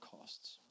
costs